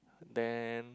then